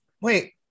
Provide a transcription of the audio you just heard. Wait